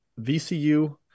VCU